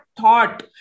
thought